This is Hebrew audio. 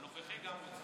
הנוכחי גם מסכים.